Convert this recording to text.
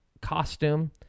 costume